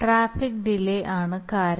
traffic delay ആണ് കാരണം